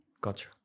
Gotcha